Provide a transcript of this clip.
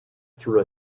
through